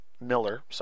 Miller